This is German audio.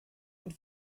und